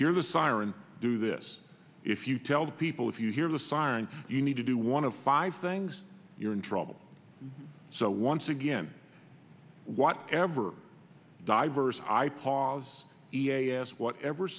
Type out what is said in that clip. hear the siren do this if you tell people if you hear the siren you need to do one of five things you're in trouble so once again whatever diverse i pause e a s whatever